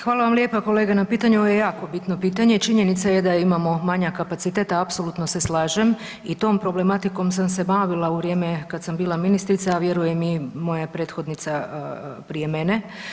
Hvala vam lijepa kolega na pitanju, ovo je jako bitno pitanje i činjenica je da imamo manjak kapaciteta, a apsolutno se slažem i tom problematikom sam se bavila u vrijeme kad sam bila ministrica, a vjerujem i moja prethodnica prije mene.